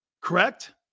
Correct